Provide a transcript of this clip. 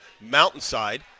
Mountainside